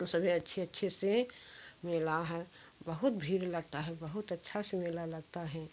सभी अच्छे अच्छे से मेला है बहुत भीड़ लगता है बहुत अच्छा से मेला लगता है